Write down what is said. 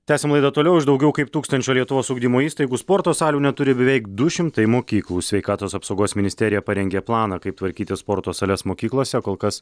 tęsiame laidą toliau iš daugiau kaip tūkstančio lietuvos ugdymo įstaigų sporto salių neturi beveik du šimtai mokyklų sveikatos apsaugos ministerija parengė planą kaip tvarkyti sporto sales mokyklose kol kas